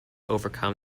overcome